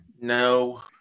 No